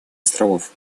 островов